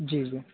جی جی